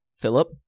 Philip